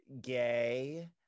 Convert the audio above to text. gay